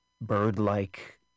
bird-like